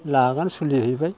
लाखआनो सोलिहैबाय